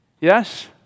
Yes